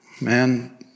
man